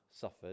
suffered